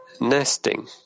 nesting